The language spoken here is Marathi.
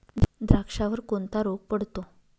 द्राक्षावर कोणता रोग पडतो?